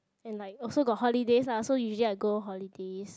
and like also got holiday lah so usually I go holidays